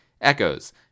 Echoes